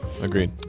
Agreed